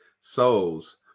souls